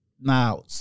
now